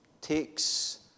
takes